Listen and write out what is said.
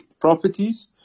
properties